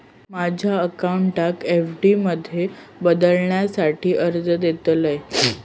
माझ्या अकाउंटाक एफ.डी मध्ये बदलुसाठी अर्ज देतलय